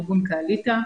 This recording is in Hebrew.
ארגון קעליטה.